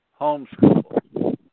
homeschool